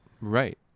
Right